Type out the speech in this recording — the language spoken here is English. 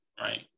right